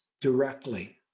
directly